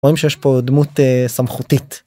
רואים שיש פה דמות סמכותית.